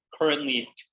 currently